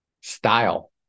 Style